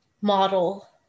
model